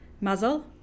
Muzzle